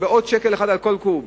עוד 1 שקל על כל קוב.